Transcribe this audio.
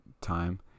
time